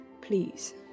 Please